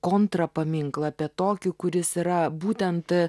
kontrapaminklą apie tokį kuris yra būtent